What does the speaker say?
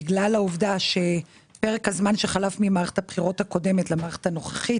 בגלל העובדה שפרק הזמן שחלף ממערכת הבחירות הקודמת למערכת הנוכחית